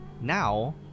Now